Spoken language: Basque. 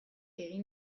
egin